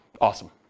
Awesome